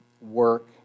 work